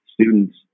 students